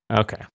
Okay